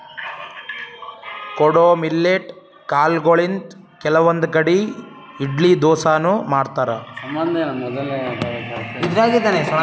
ಕೊಡೊ ಮಿಲ್ಲೆಟ್ ಕಾಲ್ಗೊಳಿಂತ್ ಕೆಲವಂದ್ ಕಡಿ ಇಡ್ಲಿ ದೋಸಾನು ಮಾಡ್ತಾರ್